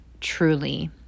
truly